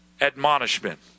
admonishment